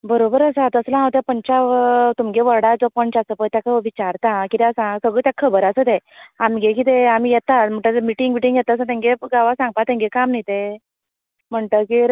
बरोबर आसा तसल्या हांव त्या पंचा तुमगे वोर्डात जो पंच आसा पय तेका हांव विचारता आं कित्या सांग सगळें ताका खबर आसा तें आमगे कितें आमी येता म्हणट मिटींग बिटींग सो तेंगे गांवांक सांगपाचें तेंगे काम न्ही तें म्हणटगीर